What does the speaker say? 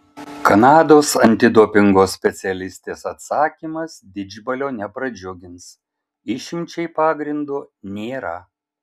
kanados antidopingo specialistės atsakymas didžbalio nepradžiugins išimčiai pagrindo nėra